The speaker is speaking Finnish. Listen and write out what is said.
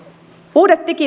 uudet